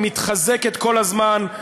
היא מתחזקת כל הזמן.